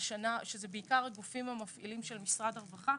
שזה בעיקר הגופים המפעילים של משרד הרווחה.